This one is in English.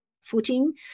footing